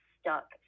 stuck